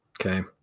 Okay